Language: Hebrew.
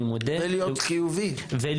ולהיות חיובי ועם הכרת הטוב.